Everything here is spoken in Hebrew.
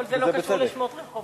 אבל זה לא קשור לשמות רחובות.